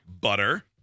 Butter